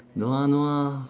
no ah no ah